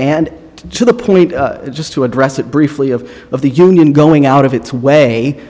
and to the point just to address it briefly of of the union going out of its way